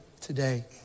today